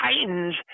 Titans